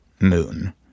moon